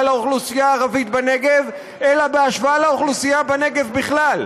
לאוכלוסייה הערבית בנגב אלא בהשוואה לאוכלוסייה בנגב בכלל.